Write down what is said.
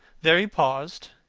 there he paused,